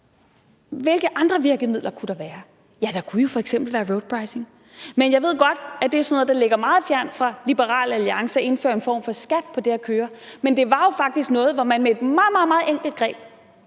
hvilke andre virkemidler der kunne være. Der kunne jo f.eks. være roadpricing. Men jeg ved godt, at det er sådan noget, der ligger Liberal Alliance meget fjernt, nemlig at indføre en form for skat på det at køre. Men det var jo faktisk noget, hvor man med et meget, meget enkelt greb